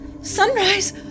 Sunrise